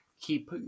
keep